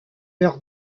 leurs